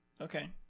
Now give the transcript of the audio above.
Okay